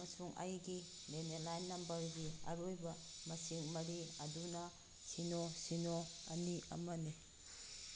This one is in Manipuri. ꯑꯃꯁꯨꯡ ꯑꯩꯒꯤ ꯅꯦꯂꯦꯂꯥꯏꯟ ꯅꯝꯕꯔꯒꯤ ꯑꯔꯣꯏꯕ ꯃꯁꯤꯡ ꯃꯔꯤ ꯑꯗꯨꯅ ꯁꯤꯅꯣ ꯁꯤꯅꯣ ꯑꯅꯤ ꯑꯃꯅꯤ